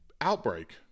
outbreak